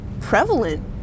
prevalent